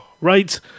Right